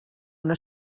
una